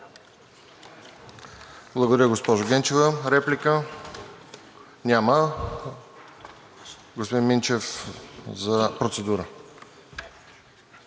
Благодаря, госпожо Генчева. Реплика? Няма. Господин Минчев – за процедура.